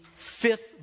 fifth